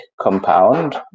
compound